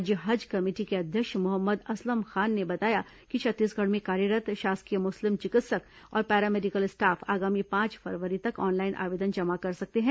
राज्य हज कमेटी के अध्यक्ष मोहम्मद असलम खान ने बताया कि छत्तीसगढ़ में कार्यरत् शासकीय मुस्लिम चिकित्सक और पैरामेडिकल स्टाफ आगामी पांच फरवरी तक ऑनलाइन आवेदन जमा कर सकते हैं